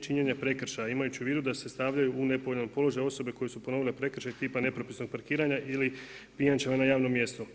činjenje prekršaje imajući u vidu da se stavljaju u nepovoljan položaj osobe koje su ponovile prekršaj tipa nepropisnog parkiranja ili pijančevanja na javnom mjestu.